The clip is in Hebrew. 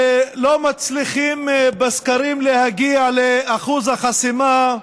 שלא מצליחים בסקרים להגיע לאחוז החסימה,